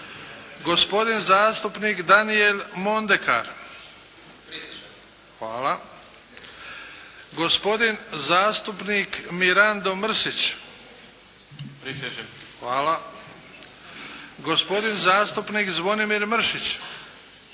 gospodin zastupnik Danijel Mondeka – prisežem, gospodin zastupnik Mirando Mrsić – prisežem, gospodin zastupnik Zvonimir Mršić